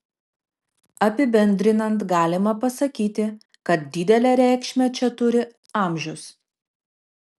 apibendrinant galima pasakyti kad didelę reikšmę čia turi amžius